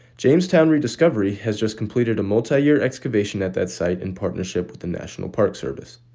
jamestown rediscovery has just completed a multi-year excavation at that site in partnership with the national park service.